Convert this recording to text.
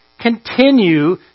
continue